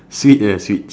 sweet ah sweet